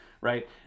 right